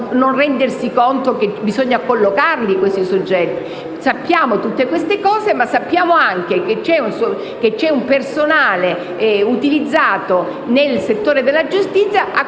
non rendersi conto che bisogna collocare questi soggetti. Sappiamo tutte queste cose, ma anche che c'è un personale utilizzato nel settore della giustizia cui va